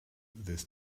this